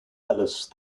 palace